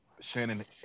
shannon